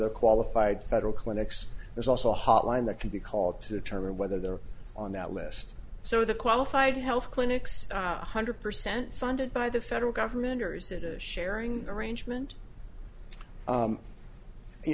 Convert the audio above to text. they're qualified federal clinics there's also a hotline that can be called to determine whether they're on that list so the qualified health clinics one hundred percent funded by the federal government or is it a sharing arrangement